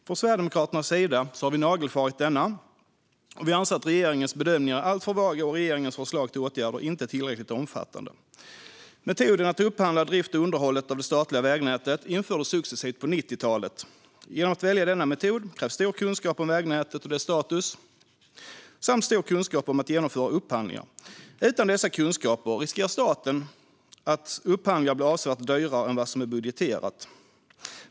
Vi i Sverigedemokraterna har nagelfarit denna, och vi anser att regeringens bedömningar är alltför vaga och att förslagen till åtgärder inte är tillräckligt omfattande. Metoden att upphandla driften och underhållet av det statliga vägnätet infördes successivt på 1990-talet. Genom att välja denna metod krävs stor kunskap om vägnätet och dess status samt stor kunskap om att genomföra upphandlingar. Utan dessa kunskaper riskerar staten att upphandlingar blir avsevärt dyrare än vad som är budgeterat för.